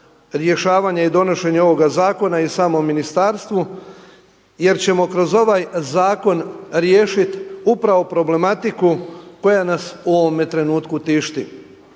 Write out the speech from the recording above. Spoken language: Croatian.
rješavanje i donošenje ovoga zakona i samom ministarstvu, jer ćemo kroz ovaj zakon riješit upravo problematiku koja nas u ovome trenutku tišti.